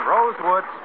Rosewood